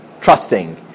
trusting